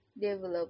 develop